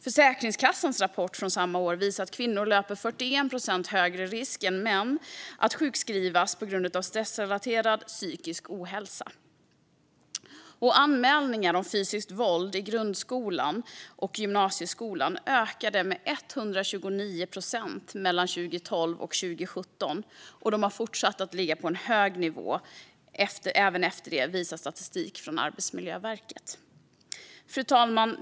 Försäkringskassans rapport från samma år visar att kvinnor löper 41 procents högre risk än män att sjukskrivas för stressrelaterad psykisk ohälsa. Och anmälningar om fysiskt våld i grund och gymnasieskolan ökade med 129 procent mellan 2012 och 2017, och de har fortsatt att ligga på en hög nivå även efter det, visar statistik från Arbetsmiljöverket. Fru talman!